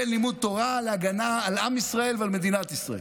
בין לימוד תורה להגנה על עם ישראל ועל מדינת ישראל.